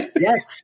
yes